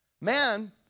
man